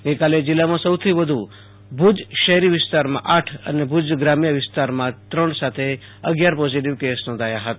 ગઈકાલે જિલ્લામાં સૌથી વધુ ભુજ શહેરી વિસ્તારમાં આઠ એને ભુજ ગ્રામ્ય વિસતારમાં ત્રણ પોઝિટિવ કેસ નોંધાયા હતા